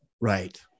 Right